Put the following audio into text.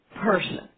Person